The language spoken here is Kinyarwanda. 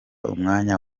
umwanya